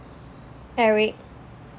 eric